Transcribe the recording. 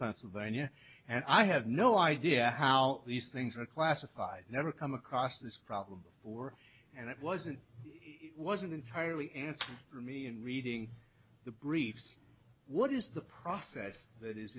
pennsylvania and i have no idea how these things are classified never come across this problem before and it wasn't wasn't entirely answer for me in reading the briefs what is the process that is